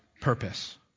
purpose